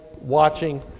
watching